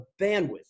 bandwidth